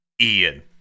Ian